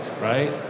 right